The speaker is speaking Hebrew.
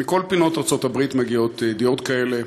מכל פינות ארצות-הברית מגיעות ידיעות כאלה.